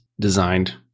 designed